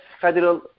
federal